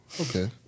okay